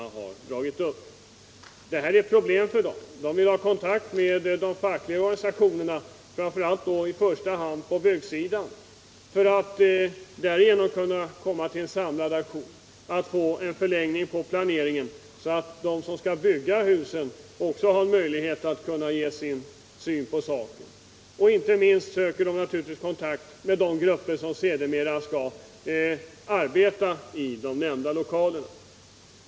Det här är ett problem för arkitekterna, eftersom de som sagt vill ha kontakt med de fackliga organisationerna, i första hand på byggområdet, för att på så sätt kunna gå till samlad aktion för att få en mera långsiktig planering. Därmed skulle också de som skall bygga husen kunna ge sin syn på saken. Inte minst söker de naturligtvis komma i förbindelse med de grupper som sedermera skall arbeta i de ifrågavarande lokalerna.